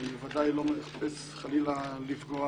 שאני בוודאי לא מחפש חלילה לפגוע